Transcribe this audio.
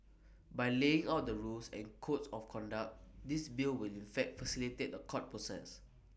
by laying out the rules and codes of conduct this bill will in fact facilitate A court process